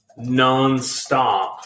nonstop